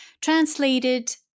translated